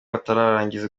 batararangiza